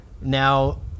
Now